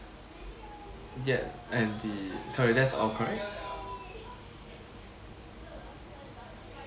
yup and the sorry that's all correct